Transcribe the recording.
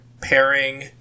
pairing